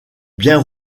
bien